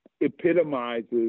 epitomizes